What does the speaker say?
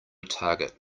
target